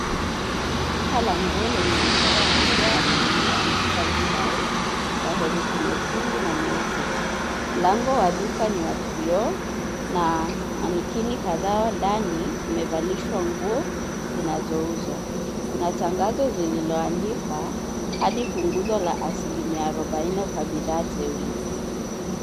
Duka languo lenye ishara kubwa iliyoandikwa, Levi's, kwa herufi nyekundu na nyeupe. Mlango wa duka ni wa kioo na Manequinn kadhaa ndani wamevalishwa nguo zinazouzwa. Kuna tangazo lililoandikwa hadi punguzo la asilimia arobaini kwa bidhaa teule.